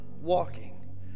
walking